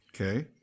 Okay